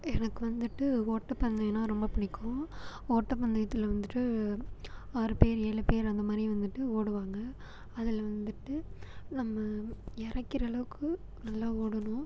எனக்கு வந்துட்டு ஓட்டப் பந்தயம்னா ரொம்ப பிடிக்கும் ஓட்டப் பந்தயத்தில் வந்துட்டு ஆறு பேர் ஏழு பேர் அந்த மாதிரி வந்துட்டு ஓடுவாங்கள் அதில் வந்துட்டு நம்ம இரைக்கிற அளவுக்கு நல்லா ஓடணும்